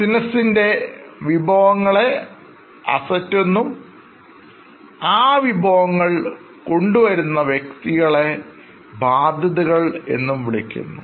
ബിസിനസ്നിൻറെ വിഭവങ്ങളെ അസറ്റ് എന്നും ഉം ആ വിഭവങ്ങൾ നിങ്ങൾ കൊണ്ടുവരുന്ന വ്യക്തികളെ ബാധ്യതകൾ എന്ന് വിളിക്കുന്നു